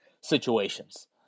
situations